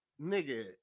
nigga